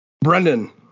Brendan